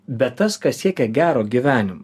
bet tas kas siekia gero gyvenimo